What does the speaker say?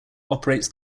operates